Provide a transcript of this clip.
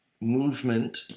movement